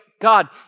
God